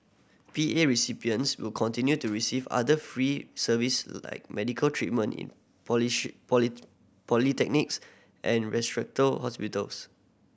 P A recipients will continue to receive other free service like medical treatment in and hospitals